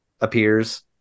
appears